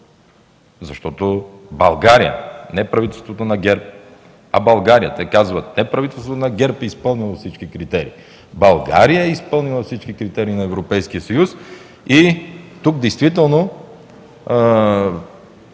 Защото България не е правителството на ГЕРБ, а България. Те казват – не правителството на ГЕРБ е изпълнило всички критерии, а България е изпълнила всички критерии на Европейския съюз. И тук действително